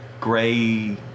Gray